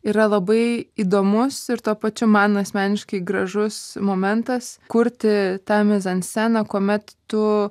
yra labai įdomus ir tuo pačiu man asmeniškai gražus momentas kurti tą mizansceną kuomet tu